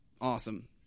Awesome